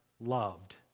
loved